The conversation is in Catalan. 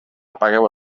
apagueu